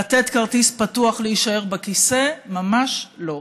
לתת כרטיס פתוח להישאר בכיסא, ממש לא.